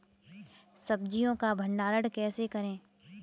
सब्जियों का भंडारण कैसे करें?